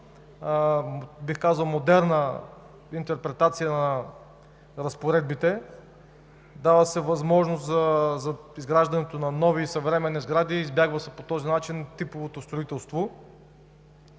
и за модерна интерпретация на разпоредбите. Дава се възможност за изграждането на нови, съвременни сгради – по този начин се избягва типовото строителство.